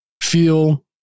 feel